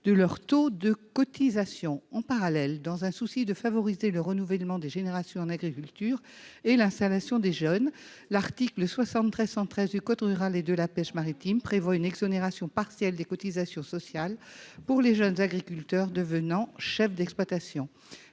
agricoles (Amexa). En parallèle, dans un souci de favoriser le renouvellement des générations en agriculture et l'installation des jeunes, l'article L. 731-13 du code rural et de la pêche maritime prévoit une exonération partielle de cotisations sociales pour les jeunes agriculteurs devenant chefs d'exploitation.